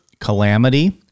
Calamity